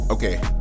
Okay